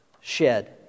shed